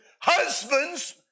husbands